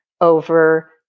over